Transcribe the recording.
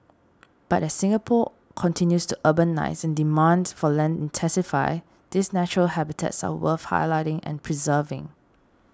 but as Singapore continues to urbanise and demand for land intensifies these natural habitats are worth highlighting and preserving